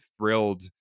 thrilled